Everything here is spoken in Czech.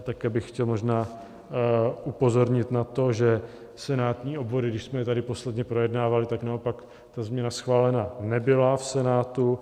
A také bych chtěl možná upozornit na to, že senátní obvody, když jsme je tady posledně projednávali, tak naopak ta změna schválena nebyla v Senátu.